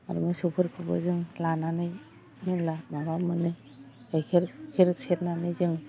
आरो मोसौफोरखौबो जों लानानै मेल्ला माबा मोनो गाइखेर गुखेर सेरनानै जों